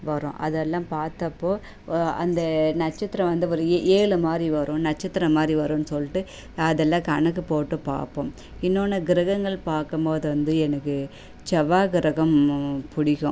வரும் அதெல்லாம் பார்த்தப்போ ஓ அந்த நட்சத்திரம் வந்து ஒரு ஏ ஏழு மாதிரி வரும் நட்சத்திரம் மாதிரி வரும்னு சொல்லிட்டு அதெல்லாம் கணக்கு போட்டு பார்ப்போம் இன்னோன்று கிரகங்கள் பார்க்கம் போது வந்து எனக்கு செவ்வாய் கிரகம் பிடிக்கும்